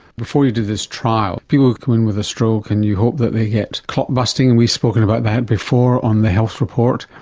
before you did this trial, people would come in with a stroke and you hope that they get clot busting, and we've spoken about that before on the health report.